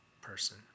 person